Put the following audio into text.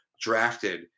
drafted